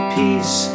peace